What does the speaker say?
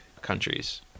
countries